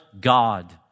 God